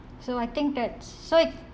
so I think that's so it~